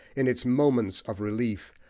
in its moments of relief,